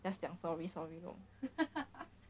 just 讲 sorry sorry lor